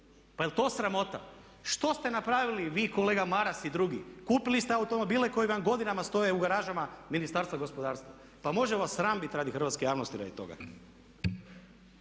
Pa jel' to sramota? Što ste napravili vi kolega Maras i drugi? Kupili ste automobile koji vam godinama stoje u garažama Ministarstva gospodarstva. Pa može vas sram biti radi hrvatske javnosti, radi toga!